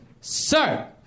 Sir